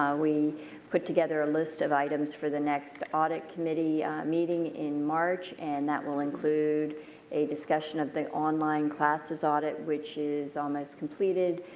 um we put together a list of items for the next audit committee meeting in march and that will include a discussion of the online classes audit which is almost completed.